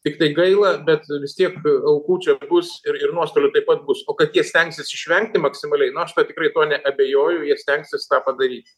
tiktai gaila bet vis tiek aukų čia bus ir ir nuostolių taip pat bus o kad jie stengsis išvengti maksimaliai na aš tai tikrai tuo neabejoju jie stengsis tą padaryti